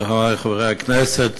חברי חברי הכנסת,